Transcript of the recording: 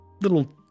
little